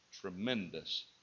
tremendous